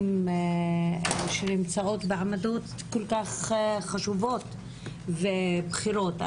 שנמצאות בעמדות כל כך חשובות ובכירות.